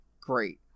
great